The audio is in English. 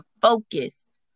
focus